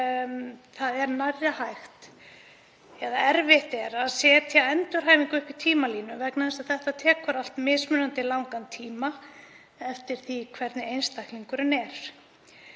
Það er erfitt að setja endurhæfingu upp í tímalínu vegna þess að þetta tekur allt mismunandi langan tíma eftir því hvernig einstaklingurinn er.